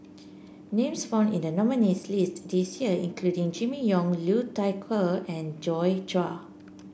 names found in the nominees' list this year include Jimmy Ong Liu Thai Ker and Joi Chua